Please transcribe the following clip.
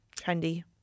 trendy